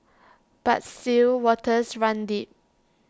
but still waters run deep